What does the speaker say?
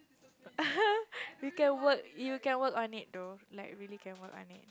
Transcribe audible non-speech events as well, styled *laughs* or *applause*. *laughs* you can work you can work on it though like really can work on it